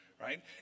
right